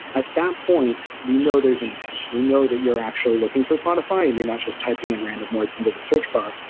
at that point we know there's an intent, we know that you're actually looking for spotify and you're not just typing in random words into the search bar,